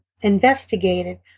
investigated